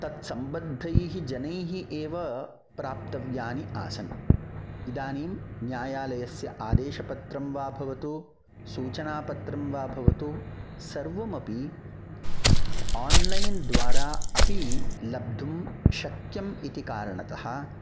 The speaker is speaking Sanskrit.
तत्सम्बद्धैः जनैः एव प्राप्तव्यानि आसन् इदानीं न्यायालयस्य आदेशपत्रं वा भवतु सूचनापत्रं वा भवतु सर्वमपि आन्लैन् द्वारा अपि लब्धुं शक्यम् इति कारणतः